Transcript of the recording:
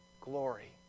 glory